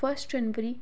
first January